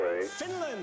Finland